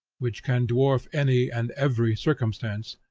which can dwarf any and every circumstance,